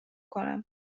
کنم